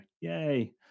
yay